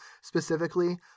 specifically